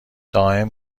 دائم